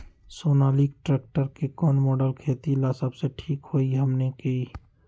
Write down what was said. Sonalika tractor के कौन model खेती ला सबसे ठीक होई हमने की?